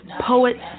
poets